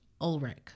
Ulrich